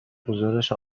گزارش